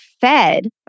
fed